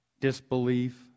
Disbelief